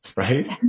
right